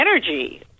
energy